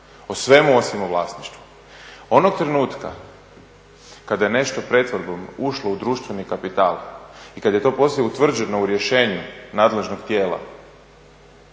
O svemu, osim o vlasništvu. Onog trenutka kada je nešto pretvorbom ušlo u društveni kapital i kada je to poslije utvrđeno u rješenju nadležnog tijela,